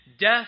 death